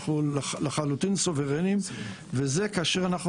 אנחנו לחלוטין סוברניים וזה כאשר אנחנו